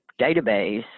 database